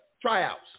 Tryouts